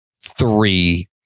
three